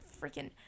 freaking